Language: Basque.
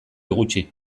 gutxi